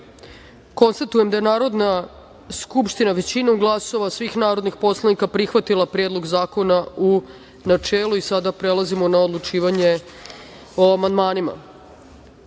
trenutku. Konstatujem da je Narodna skupština većinom glasova svih narodnih poslanika prihvatila Predlog zakona, u načelu. Sada prelazimo na odlučivanje o amandmanima. Na